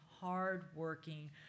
hard-working